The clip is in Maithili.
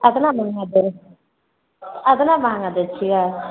एतना महंगा देबै एतना महंगा दै छियै